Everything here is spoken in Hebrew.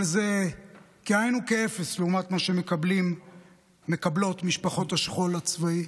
אבל זה כאין וכאפס לעומת מה שמקבלות משפחות השכול הצבאי.